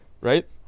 Right